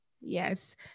yes